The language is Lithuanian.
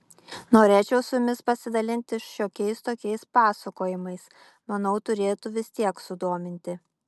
norėčiau su jumis pasidalinti šiokiais tokiais pasakojimais manau turėtų vis tiek sudominti